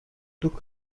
took